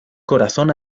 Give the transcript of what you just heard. corazón